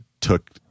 took